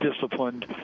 disciplined